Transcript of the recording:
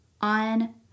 on